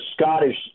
Scottish